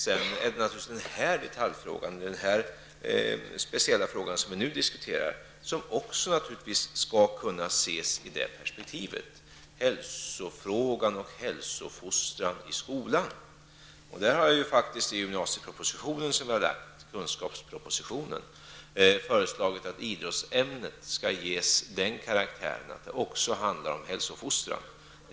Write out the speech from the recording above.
Den speciella detaljfråga som vi nu diskuterar skall naturligtvis också kunna ses i det perspektivet -- hälsovården och hälsofostran i skolan. Där har jag faktiskt i gymnasiepropositionen, kunskapspropositionen, föreslagit att idrottsämnet skall ges den karaktären att den också handlar om hälsofostran.